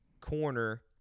corner